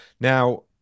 Now